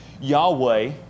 Yahweh